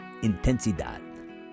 intensidad